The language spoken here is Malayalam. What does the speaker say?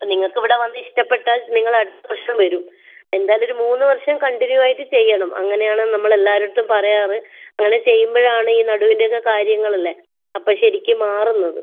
നിങ്ങൾക്ക് ഇവിടെ വന്ന് ഇഷ്ടപ്പെട്ടാൽ നിങ്ങൾ അടുത്ത വർഷം വരും എന്തായാലും ഒരു മൂന്ന് വർഷം കണ്ടിന്യൂ ആയിട്ട് ചെയ്യണം അങ്ങനെ ആണ് നമ്മൾ എല്ലാവരടുത്തും പറയാറ് അങ്ങനെ ചെയ്യുമ്പോൾ ആണ് ഈ നടുവിൻ്റെ ഒക്കെ കാര്യങ്ങളല്ലേ അപ്പോൾ ശരിക്കും മാറുന്നത്